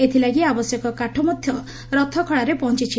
ଏଥିଲାଗି ଆବଶ୍ୟକ କାଠ ମଧ୍ଧ ରଥ ଖଳାରେ ପହଞିଛି